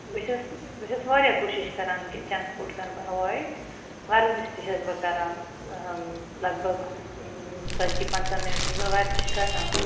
بہٕ چھَس بہٕ چھَس واریاہ کوٗشِش کَران کہِ جنٛک فُڈ کَرٕ بہٕ اَوایِڈ وَرزِش تہِ چھَس بہٕ کَران لگ بگ ژَتجی پَنٛژاہ مِنَٹ چھَس بہٕ وَرزِش کَران